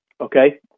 okay